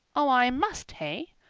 oh, i must, hey?